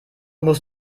muss